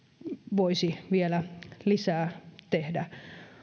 voisi vielä lisää tehdä